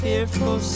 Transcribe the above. Fearful